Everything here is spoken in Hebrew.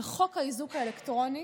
על חוק האיזוק האלקטרוני